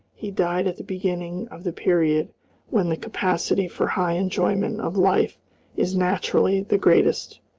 he died at the beginning of the period when the capacity for high enjoyment of life is naturally the greatest.